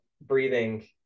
breathing